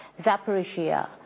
Zaporizhia